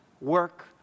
work